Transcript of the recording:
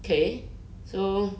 okay so